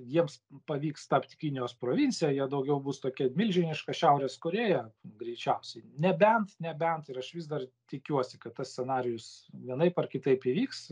jiems pavyks tapt kinijos provincija jie daugiau bus tokia milžiniška šiaurės korėja greičiausiai nebent nebent ir aš vis dar tikiuosi kad tas scenarijus vienaip ar kitaip įvyks